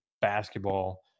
basketball –